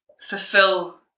fulfill